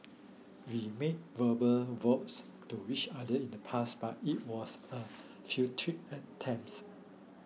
we made verbal vows to each other in the past but it was a attempts